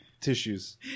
tissues